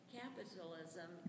capitalism